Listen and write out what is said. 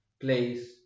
place